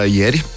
ieri